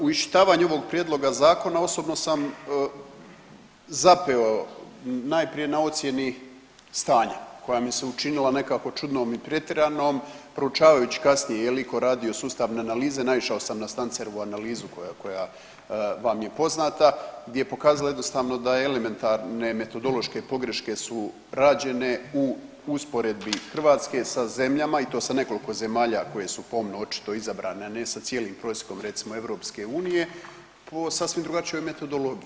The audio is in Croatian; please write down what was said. U iščitavanju ovog prijedloga zakona osobno sam zapeo najprije na ocjeni stanja koja mi se učinila nekako čudnom i pretjeranom, proučavajući kasnije je li iko radio sustavne analize naišao sam na Stancerovu analizu koja vam je poznata gdje je pokazala jednostavno da elementarne metodološke pogreške su rađene u usporedbi Hrvatske sa zemljama i to sa nekoliko zemalja koje su pomno očito izabrane, a ne sa cijelim … recimo EU o sasvim drugačijoj metodologiji.